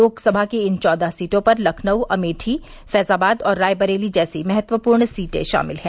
लोकसभा की इन चौदह सीटों पर लखनऊ अमेठी फैजाबाद और रायबरेली जैसी महत्वपूर्ण सीटें शामिल हैं